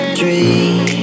dream